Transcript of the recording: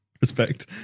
Respect